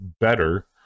better